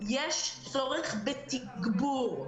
יש צורך בתגבור.